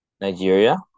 Nigeria